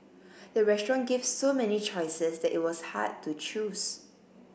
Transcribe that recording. the restaurant gave so many choices that it was hard to choose